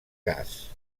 gas